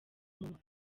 munwa